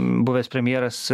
buvęs premjeras